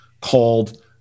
called